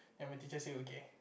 and my teacher say okay